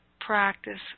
practice